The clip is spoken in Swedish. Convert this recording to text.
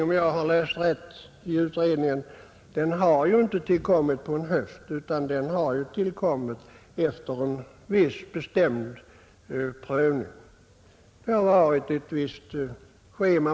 Om jag har läst utredningen rätt är det väl ändå så att denna indelning inte har tillkommit på en slump utan efter ingående prövning.